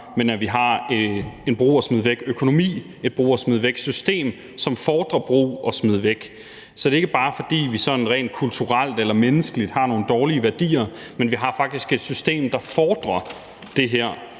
men at vi har en brug og smid væk-økonomi, et brug og smid væk-system, som fordrer brug og smid væk. Så det er ikke bare, fordi vi sådan rent kulturelt eller menneskeligt har nogle dårlige værdier, men vi har faktisk et system, der fordrer det her.